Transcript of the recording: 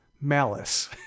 malice